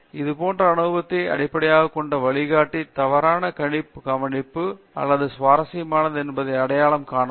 எனவே இதுபோன்ற அனுபவத்தை அடிப்படையாகக் கொண்ட வழிகாட்டி தவறான கவனிப்பு அல்லது சுவாரஸ்யமானதா என்பதை அடையாளம் காணலாம்